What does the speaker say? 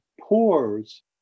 pores